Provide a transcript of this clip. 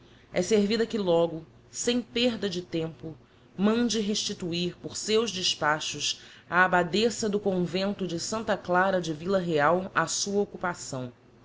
é servida que logo sem perda de tempo mande restituir por seus despachos a abbadessa do convento de santa clara de villa real á sua occupação